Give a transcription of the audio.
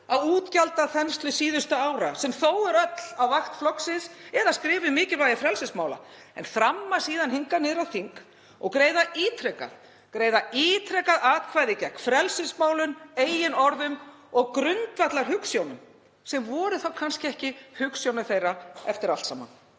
á útgjaldaþenslu síðustu ára, sem þó er öll á vakt flokksins og skrifa um mikilvægi frelsismála en þramma svo hingað niður á þing og greiða ítrekað atkvæði gegn eigin orðum og grundvallarhugsjónum, sem voru þá kannski ekki hugsjónir þeirra eftir allt saman.